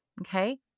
okay